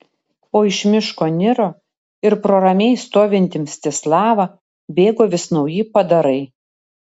o iš miško niro ir pro ramiai stovintį mstislavą bėgo vis nauji padarai